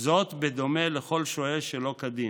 בדומה לכל שוהה שלא כדין,